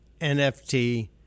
NFT